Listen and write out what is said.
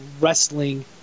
wrestling